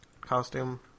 costume